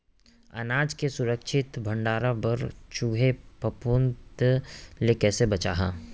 अनाज के सुरक्षित भण्डारण बर चूहे, फफूंद ले कैसे बचाहा?